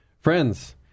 Friends